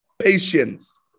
Patience